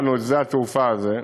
את שדה-התעופה הזה,